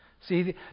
See